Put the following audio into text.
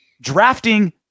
Drafting